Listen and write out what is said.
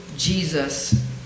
Jesus